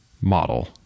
model